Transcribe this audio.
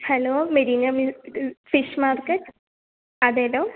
hello Marina മീൻ fish market അതെയല്ലോ